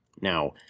Now